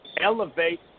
elevate